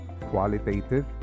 qualitative